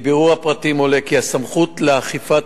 מבירור הפרטים עולה כי הסמכות לאכיפת